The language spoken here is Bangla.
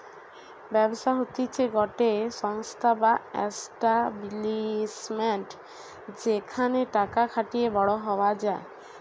ব্যবসা হতিছে গটে সংস্থা বা এস্টাব্লিশমেন্ট যেখানে টাকা খাটিয়ে বড়ো হওয়া যায়